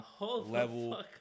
level